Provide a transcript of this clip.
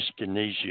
dyskinesia